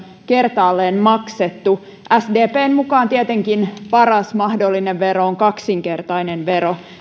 kertaalleen maksettu sdpn mukaan tietenkin paras mahdollinen vero on kaksinkertainen vero